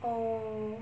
orh